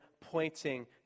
pointing